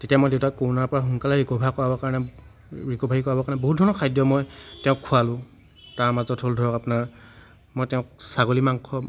তেতিয়া মই দেউতাক ক'ৰোণাৰ পৰা সোনকালে ৰিক'ভাৰ কৰাবৰ কাৰণে ৰিক'ভাৰী কৰিবৰ কাৰণে বহুত ধৰণৰ খাদ্য মই তেওঁক খোৱালোঁ তাৰ মাজত হ'ল ধৰক আপোনাৰ মই তেওঁক ছাগলী মাংস